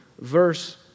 verse